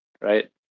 right